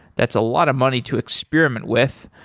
that's a lot of money to experiment with.